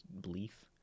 belief